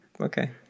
okay